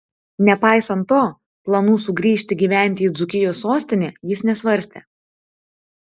nepaisant to planų sugrįžti gyventi į dzūkijos sostinę jis nesvarstė